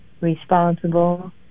responsible